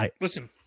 Listen